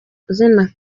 akazina